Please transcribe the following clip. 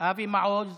אבי מעוז,